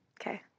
Okay